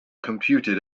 computed